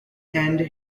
end